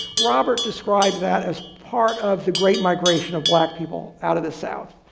robert described that as part of the great migration of black people out of the south.